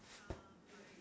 okay